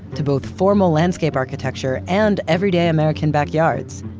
to both formal landscape architecture and every day american backyards.